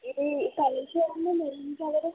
ఇది కలర్ చూడండి maroon colour